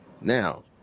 Now